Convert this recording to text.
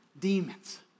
demons